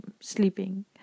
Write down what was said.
sleeping